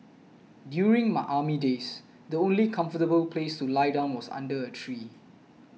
during my army days the only comfortable place to lie down was under a tree